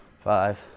five